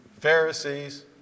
Pharisees